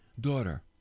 Daughter